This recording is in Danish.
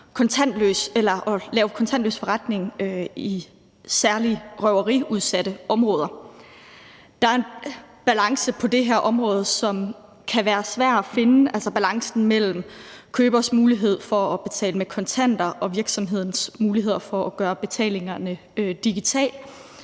at lave kontantløs forretning i særlig røveriudsatte områder. Der er en balance på det her område, som kan være svær at finde, altså balancen mellem købers mulighed for at betale med kontanter og virksomhedens muligheder for at gøre betalingerne digitale.